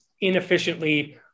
inefficiently